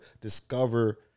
discover